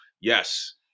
yes